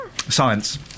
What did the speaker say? Science